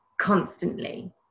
constantly